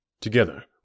Together